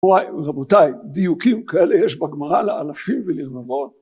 רבותיי, דיוקים כאלה יש בגמרה לאלפים ולרבעות.